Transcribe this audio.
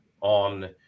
on